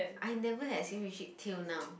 I never had serious relationship till now